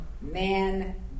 man